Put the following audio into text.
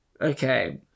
Okay